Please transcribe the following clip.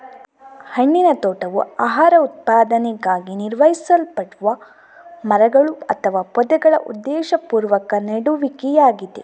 ಹಣ್ಣಿನ ತೋಟವು ಆಹಾರ ಉತ್ಪಾದನೆಗಾಗಿ ನಿರ್ವಹಿಸಲ್ಪಡುವ ಮರಗಳು ಅಥವಾ ಪೊದೆಗಳ ಉದ್ದೇಶಪೂರ್ವಕ ನೆಡುವಿಕೆಯಾಗಿದೆ